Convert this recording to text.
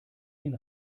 den